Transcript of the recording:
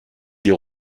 des